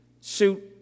suit